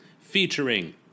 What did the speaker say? Featuring